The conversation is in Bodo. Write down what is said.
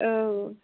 औ